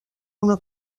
una